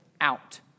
out